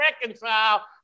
reconcile